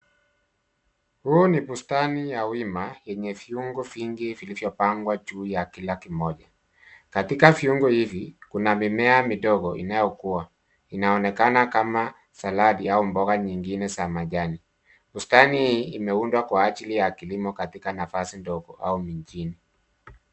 Huu ni bustani ya wima yenye viuo vingi vilivyopangwa juu ya kila kimoja. Katika viungo hivi kuna mimea midogo inayokuwa. Inaonekana kama saladi au mboga zingine za majani. Bustani hii imeundwa kwa ajili ya kilimo katika nafasi ndogo ai mijini.